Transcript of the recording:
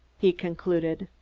he concluded.